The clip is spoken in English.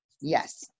Yes